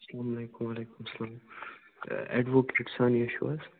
سلامُ علیکُم وعلیکُم سلام ایڈووکیٹ سانیہ چھِو حظ